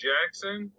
Jackson